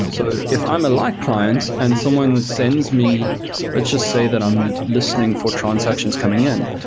so if i'm a light client and someone sends me let's just say that i'm listening for transactions coming in,